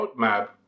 roadmap